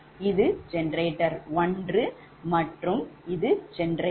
இது generator 1மற்றும் இது generator 2